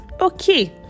okay